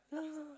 yeah